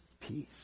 peace